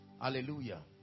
hallelujah